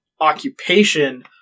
occupation